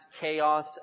chaos